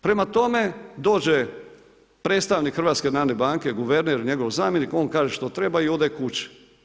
Prema tome, dođe predstavnik HNB-a, guverner, njegov zamjenik, on kaže što treba i ode kući.